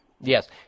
Yes